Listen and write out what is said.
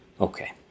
Okay